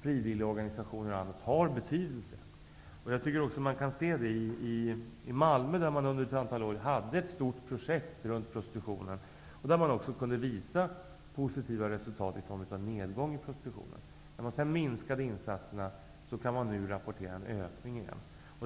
frivilligorganisationer och andra har betydelse. Det kan man se i Malmö, där ett stort projekt kring prostitutionen genomfördes under ett antal år. Det visade positiva resultat i form av nedgång i prostitutionen. När insatserna minskat kan nu en ökning rapporteras igen.